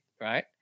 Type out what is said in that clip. right